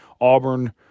Auburn